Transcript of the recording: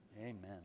amen